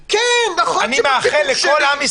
כן, נכון שיש